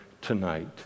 tonight